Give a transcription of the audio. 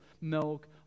milk